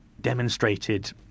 demonstrated